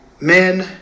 men